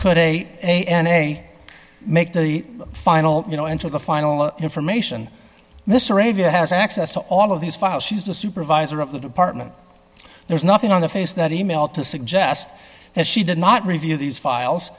put a a n a make the final you know until the final information this arabia has access to all of these files she's the supervisor of the department there's nothing on the face that e mail to suggest that she did not review these files